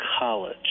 College